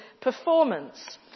performance